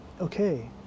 okay